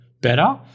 better